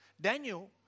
Daniel